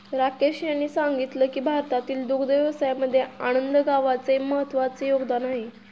राकेश यांनी सांगितले की भारतातील दुग्ध व्यवसायामध्ये आनंद गावाचे महत्त्वाचे योगदान आहे